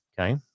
Okay